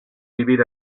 vivir